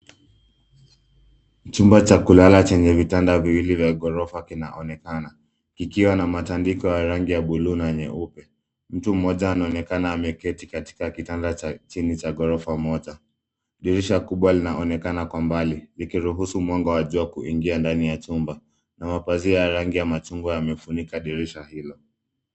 Chumba cha kulala chenye vitanda viwili vya ghorofa kinaonekana kikiwa na matandiko ya rangi ya buluu na nyeupe. Mtu mmoja anaonekana ameketi katika kitanda cha chini cha ghorofa moja. Dirisha kubwa linaonekana kwa mbali likiruhusu mwanga wa jua kuingia ndani ya chumba na mapazia ya rangi ya machungwa yamefunika darasa hilo.